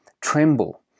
tremble